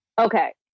Okay